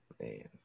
Man